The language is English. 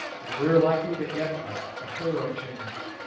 and we are likely to get one a thorough change.